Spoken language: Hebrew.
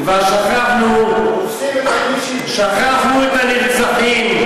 תופסים, שכחנו את הנרצחים,